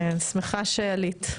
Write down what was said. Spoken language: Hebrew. אני שמחה שעלית.